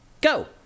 go